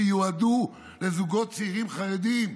שיועדו לזוגות צעירים חרדים,